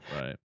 Right